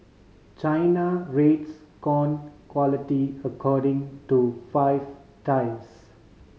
China rates corn quality according to five tiers